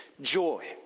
Joy